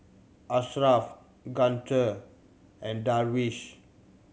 Ashraff Guntur and Darwish